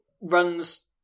runs